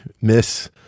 miss